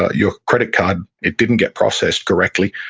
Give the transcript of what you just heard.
ah your credit card, it didn't get processed correctly.